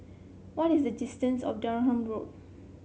what is the distance of Durham Road